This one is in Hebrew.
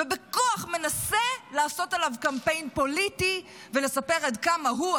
ובכוח מנסה לעשות עליו קמפיין פוליטי ולספר עד כמה הוא,